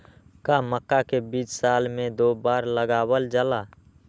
का मक्का के बीज साल में दो बार लगावल जला?